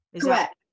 Correct